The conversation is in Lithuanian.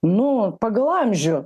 nu pagal amžių